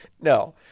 No